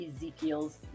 Ezekiel's